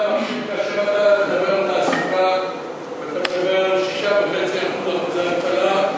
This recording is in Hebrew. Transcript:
כאשר אתה מדבר על תעסוקה ואתה מדבר על 6.5% אבטלה,